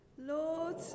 Lord